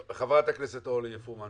טוב, חברת הכנסת אורלי פרומן